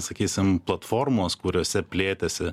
sakysim platformos kuriose plėtėsi